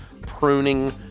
pruning